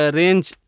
range